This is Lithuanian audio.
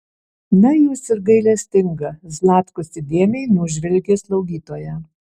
na jūs ir gailestinga zlatkus įdėmiai nužvelgė slaugytoją